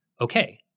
okay